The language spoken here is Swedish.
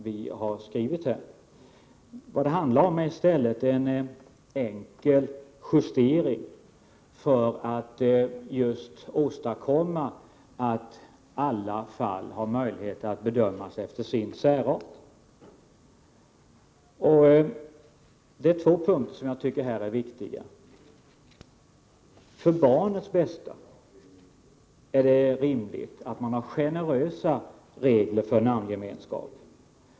Vad det handlar om är i stället en enkel justering för att alla fall skall kunna bedömas efter sin särart. Det är två punkter som jag tycker är viktiga. För barnens bästa är det rimligt att man har generösa regler för namngemenskap.